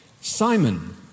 Simon